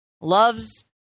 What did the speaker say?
loves